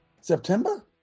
september